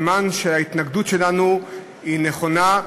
סימן שההתנגדות שלנו היא נכונה,